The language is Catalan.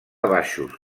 baixos